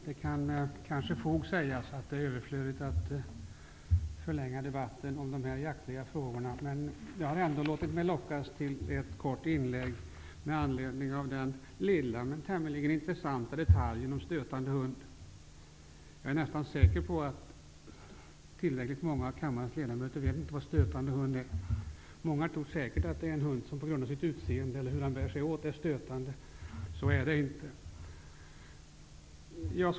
Herr talman! Det kan kanske med fog sägas att det är överflödigt att förlänga debatten om de här jaktfrågorna, men jag har ändå låtit mig lockas till ett kort inlägg med anledning av den lilla men tämligen intressanta detaljen om stötande hund. Jag är nästan säker på att många av kammarens ledamöter inte vet vad stötande hund är; många tror säkert att det är en hund som är stötande på grund av sitt utseende eller hur den bär sig åt. Så är det inte.